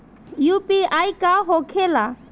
UPI का होके ला?